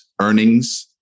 earnings